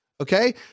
Okay